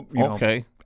okay